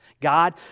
God